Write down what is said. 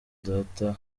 data